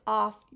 off